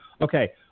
Okay